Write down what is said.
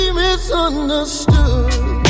misunderstood